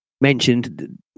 mentioned